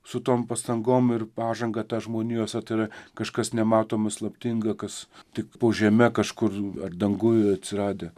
su tom pastangom ir pažanga ta žmonijos ar tai yra kažkas nematoma slaptinga kas tik po žeme kažkur ar danguj atsiradę